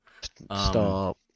Stop